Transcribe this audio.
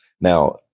Now